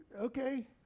Okay